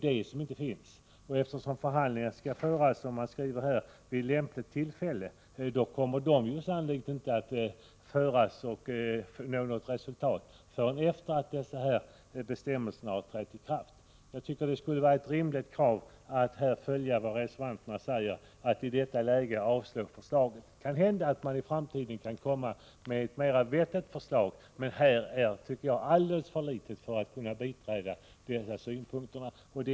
Det sägs i betänkandet att förhandlingar bör föras vid lämpligt tillfälle, men dessa förhandlingar kommer i så fall sannolikt inte att kunna leda till något resultat förrän efter det att de bestämmelser vi nu skall fatta beslut om har trätt i kraft. Mot den här bakgrunden tycker jag att det är rimligt att ansluta sig till reservanternas ställningstagande och i detta läge avslå förslaget. Kanhända kan vi i framtiden komma fram till ett mera vettigt förslag, men det nu aktuella är alldeles för dåligt underbyggt för att man skall kunna biträda det.